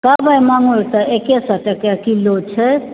कवई मांगुर तऽ एके सए टके किलो छै